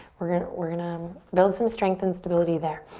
we're gonna we're gonna um build some strength and stability there.